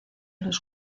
los